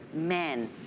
men,